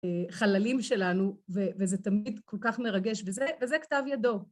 חללים שלנו, וזה תמיד כל כך מרגש, וזה כתב ידו.